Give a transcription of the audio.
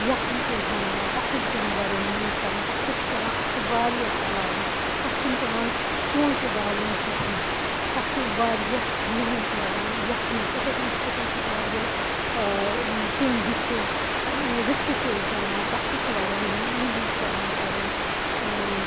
یَکھٕنۍ چھِ أسۍ بَناوان تَتھ تہِ چھِ پٮ۪وان وارِیاہ محنت کَرٕنۍ تَتھ پٮ۪ٹھ چھِ پٮ۪وان اَتھ وارِیاہ چَلاوُن تَتھ چھُنہٕ پٮ۪وان چونٛچہِ ڈالُن کِہیٖنٛۍ تَتھ چھِ وارِیاہ محنت لَگان یَکھنہِ تِتھٕے کٔنۍ تِتھٕے کٔنۍ چھِ وارِیاہ تِم ڈِشِز رِستہٕ چھِ أسۍ بَناوان تَتھ تہِ چھِ وارِیاہ محنت محنت پٮ۪وان کَرٕنۍ